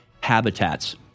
habitats